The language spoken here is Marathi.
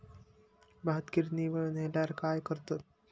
भात गिर्निवर नेल्यार काय करतत?